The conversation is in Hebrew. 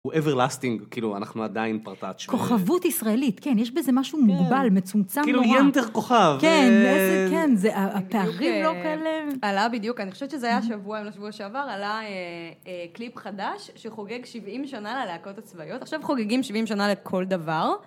הוא אברלאסטינג, כאילו, אנחנו עדיין פרטאצ'. כוכבות ישראלית, כן, יש בזה משהו מוגבל, מצומצם נורא. כאילו יונטר כוכב. כן, כן, זה הפרק. בדיוק היו לו כאלה. עלה בדיוק, אני חושבת שזה היה שבוע, אם לא שבוע שעבר, עלה קליפ חדש שחוגג 70 שנה ללהקות הצבאיות. עכשיו חוגגים 70 שנה לכל דבר.